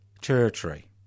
territory